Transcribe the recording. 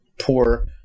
poor